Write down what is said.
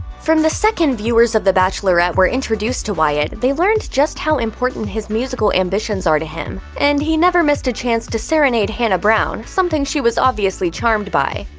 from the second viewers of the bachelorette were introduced to wyatt, they learned just how important his musical ambitions are to him. and he never missed a chance to serenade hannah brown, something she was obviously charmed by.